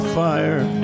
fire